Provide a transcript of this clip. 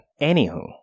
Anywho